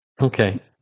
Okay